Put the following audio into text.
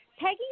Peggy